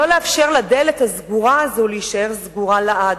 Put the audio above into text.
לא לאפשר לדלת הסגורה הזו להישאר סגורה לעד,